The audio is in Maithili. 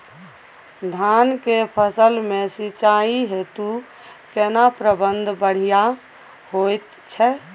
धान के फसल में सिंचाई हेतु केना प्रबंध बढ़िया होयत छै?